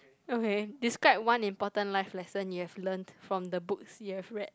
okay describe one important life lesson you have learnt from the books you have read